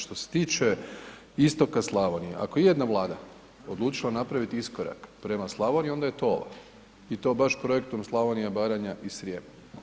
Što se tiče istoka Slavonije, ako je ijedna Vlada odlučila napraviti iskorak prema Slavoniji onda je to ova i to baš projektom Slavonija, Baranja i Srijem.